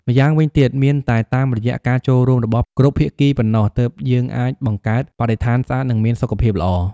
ម្យ៉ាងវិញទៀត មានតែតាមរយៈការចូលរួមរបស់គ្រប់ភាគីប៉ុណ្ណោះ ទើបយើងអាចបង្កើតបរិស្ថានស្អាត និងមានសុខភាពល្អ។